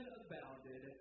abounded